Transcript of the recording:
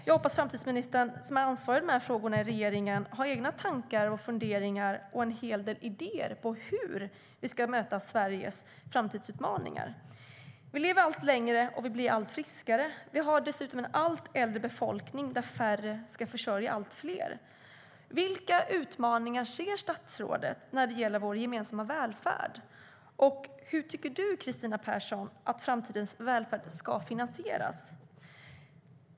Jag hoppas att framtidsministern, som är ansvarig för dessa frågor i regeringen, har egna tankar, funderingar och en hel del idéer om hur vi ska möta Sveriges framtidsutmaningar. Vi lever allt längre, och vi blir allt friskare. Vi har dessutom en allt äldre befolkning, och färre ska försörja allt fler. Vilka utmaningar ser statsrådet när det gäller vår gemensamma välfärd? Och hur tycker du, Kristina Persson, att framtidens välfärd ska finansieras?